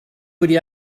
wedi